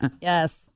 Yes